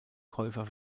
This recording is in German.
käufer